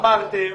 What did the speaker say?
אמרתם.